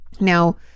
Now